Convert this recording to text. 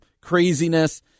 craziness